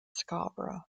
scarborough